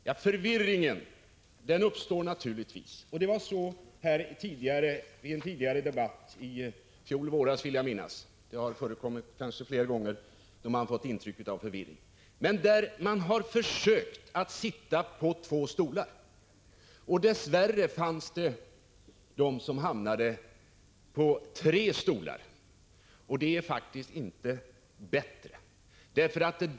Förvirringen uppstår naturligtvis — det var så i en tidigare debatt i fjol våras, vill jag minnas, och det har väl förekommit flera gånger att man har fått ett intryck av förvirring — när man försöker att sitta på två stolar samtidigt. Dess värre finns det de som har hamnat på tre stolar, och det är faktiskt inte bättre.